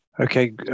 Okay